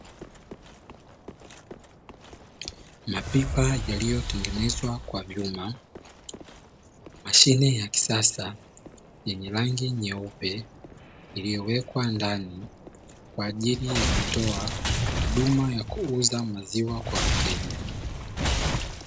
Mapipa yaliyotengenezwa kwa vyuma, mashine ya kisasa yenye rangi nyeupe, iliyowekwa ndani kwa ajili ya kutoa huduma ya kuuza maziwa kwa wateja.